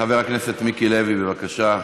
חבר הכנסת מיקי לוי, בבקשה.